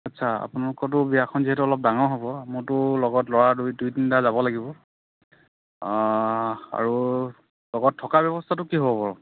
আচ্ছা আপোনালোকৰতো বিয়াখন যিহেতু অলপ ডাঙৰ হ'ব মইতো লগত ল'ৰা দুই তিনিটা যাব লাগিব আৰু লগত থকা ব্যৱস্থাটো কি হ'ব বাৰু